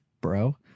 bro